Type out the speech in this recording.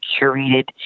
curated